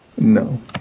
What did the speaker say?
No